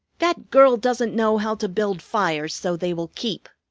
that girl doesn't know how to build fires so they will keep.